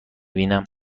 بینم